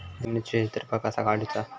जमिनीचो क्षेत्रफळ कसा काढुचा?